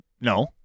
No